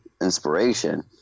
inspiration